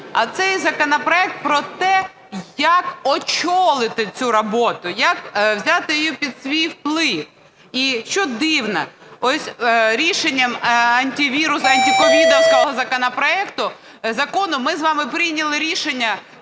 а цей законопроект про те, як очолити цю роботу, як взяти її під свій вплив. І що дивно, ось рішенням антиковідовського законопроекту, закону, ми з вами прийняли рішення